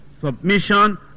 submission